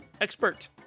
expert